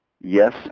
yes